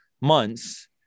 months